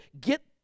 get